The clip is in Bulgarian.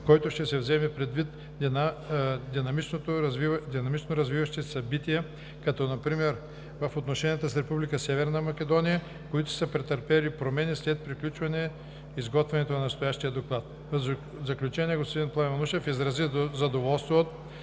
който ще се вземат предвид динамично развиващите се събития, като например в отношенията с Република Северна Македония, които са претърпели промени след приключване изготвянето на настоящия доклад. В заключение господин Пламен Манушев изрази задоволство от